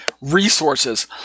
resources